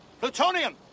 plutonium